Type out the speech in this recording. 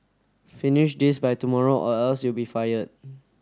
finish this by tomorrow or else you'll be fired